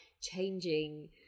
changing